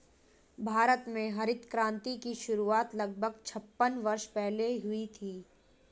भारत में हरित क्रांति की शुरुआत लगभग छप्पन वर्ष पहले हुई थी